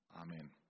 Amen